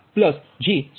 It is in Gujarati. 05 j 0